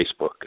Facebook